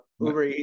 Uber